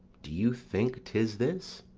do you think tis this?